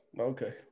okay